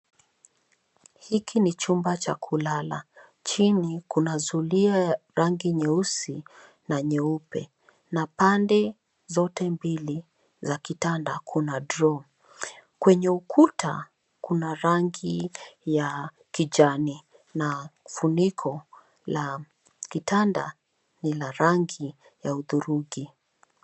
Hiki ni chumba cha kulalala. Chini kuna zulia ya rangi nyeusi na nyeupe. Na pande zote mbili za kitanda kuna droo. Kwenye ukuta kuna rangi ya kijani na kifuniko la kitanda ni la rangi ya hudhurungi.